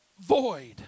void